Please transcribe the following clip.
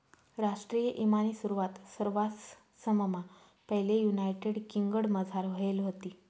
राष्ट्रीय ईमानी सुरवात सरवाससममा पैले युनायटेड किंगडमझार व्हयेल व्हती